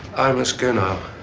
i must go now.